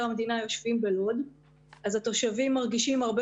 המדינה יושבים בלוד כי אז התושבים מרגישים הרבה